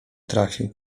trafił